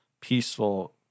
peaceful